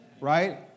Right